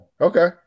Okay